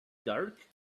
dark